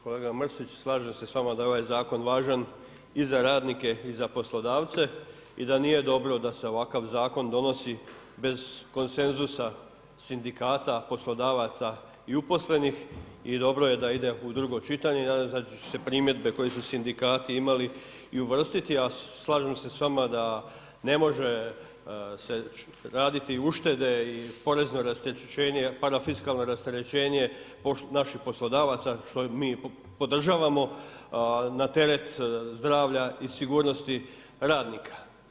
Kolega Mrsić, slažem se s vama da je ovaj zakon važan i za radnike i za poslodavce i da nije dobro da se ovakav donosi bez konsenzusa sindikata, poslodavaca i uposlenih i dobro je da ide u drugo čitanje i nadam se da će se primjedbe koje su sindikati imali i uvrstiti, a slažem se s vama da ne može se raditi uštede i porezno rasterećenje, parafiskalno rasterećenje naših poslodavaca što mi podržavamo na teret zdravlja i sigurnosti radnika.